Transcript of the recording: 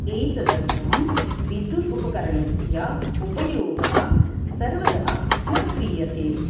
एतदर्थं विद्युत् उपकरणस्य उपयोगः सर्वदा न क्रियते